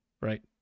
right